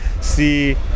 see